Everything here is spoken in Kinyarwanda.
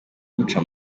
guca